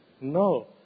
No